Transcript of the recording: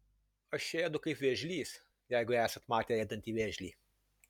aš ėdu kaip vėžlys jeigu esat matę ėdantį vėžlį